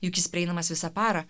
juk jis prieinamas visą parą